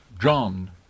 John